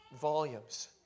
volumes